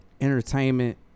entertainment